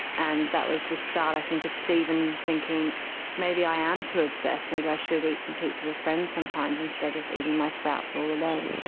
and that was the start, i think, of steven thinking maybe i am too obsessed, maybe i should eat some pizza with friends sometimes instead of eating my sprouts all alone.